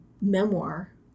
memoir